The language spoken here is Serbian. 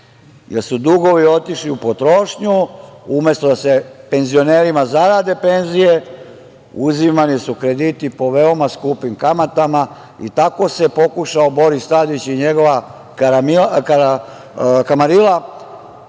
jer su dugovi otišli i potrošnju, umesto da se penzionerima zarade penzije, uzimani su krediti po veoma skupim kamatama, i tako se pokušao Boris Tadić i njegova kamarila